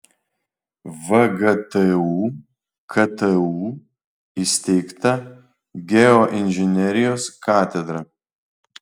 vgtu ktu įsteigta geoinžinerijos katedra